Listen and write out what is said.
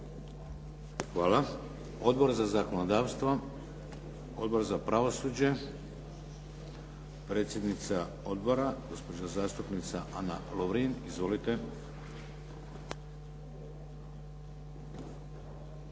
Hvala. Odbor za zakonodavstvo, Odbor za pravosuđe. Predsjednica odbora, gospođa zastupnica Ana Lovrin. Izvolite.